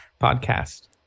podcast